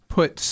put